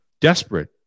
desperate